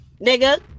nigga